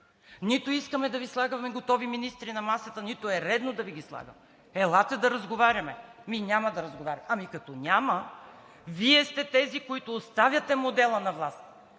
Нито искаме да Ви слагаме готови министри на масата, нито е редно да Ви ги слагаме. Елате да разговаряме. Ами няма да разговаряме. Като няма, Вие сте тези, които оставяте модела на власт,